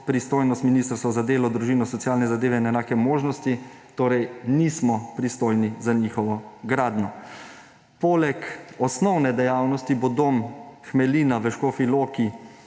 pristojnost Ministrstva za delo, družino, socialne zadeve in enake možnosti, torej nismo pristojni za njihovo gradnjo. Poleg osnovne dejavnosti bo Dom Hmelina v Škofji Loki,